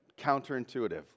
counterintuitive